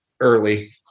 early